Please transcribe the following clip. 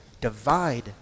divide